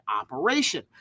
operation